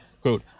Quote